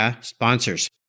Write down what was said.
sponsors